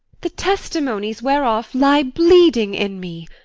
the testimonies whereof lie bleeding in me.